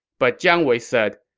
but jiang wei said,